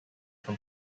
from